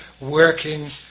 working